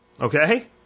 Okay